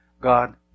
God